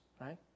right